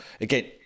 again